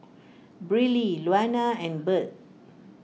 Briley Luana and Birt